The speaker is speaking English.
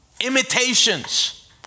imitations